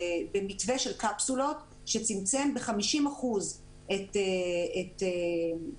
במתווה של קפסולות שצמצם ב-50 אחוזים את מספר